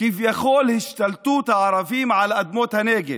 כביכול השתלטות של הערבים על אדמות הנגב.